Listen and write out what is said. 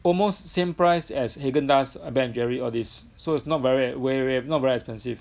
almost same price as Haagen-Dazs Ben and Jerry's all this so it's not very very not very expensive